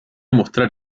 mostrar